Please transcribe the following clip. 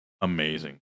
amazing